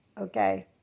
Okay